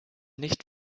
nicht